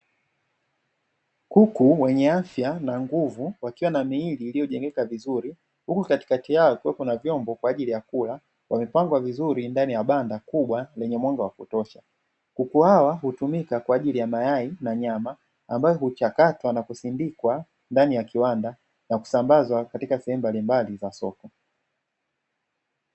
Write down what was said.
Kuku wenye afya na nguvu wakiwa na miili iliyojengeka vizuri huku katikati yao kuwepo na vyombo kwa ajili ya kula wamepangwa vizuri ndani ya banda kubwa lenye mwanga wa kutosha, kuku hawa hutumika kwa ajili ya mayai na nyama ambayo huchakatwa na kusindikwa ndani ya kiwanda na kusambazwa katika sehemu mbali mbali za soko.